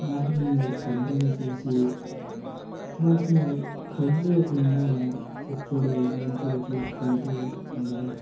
వాటిని పెద్దగా చేసి వాటిని కట్ చేయకుండా ఎప్పుడూ మంచిగా చూసుకుంటూ ఉండాలి